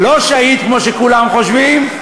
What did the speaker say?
לא שהיד, כמו שכולם חושבים.